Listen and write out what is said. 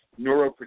neuroprotection